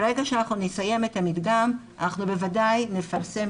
ברגע שאנחנו נסיים את המדגם אנחנו בוודאי נפרסם